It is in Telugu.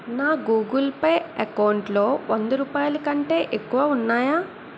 నా గూగుల్ పే అకౌంట్లో వంద రూపాయల కంటే ఎక్కువ ఉన్నాయా